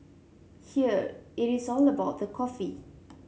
here it is all about the coffee